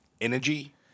energy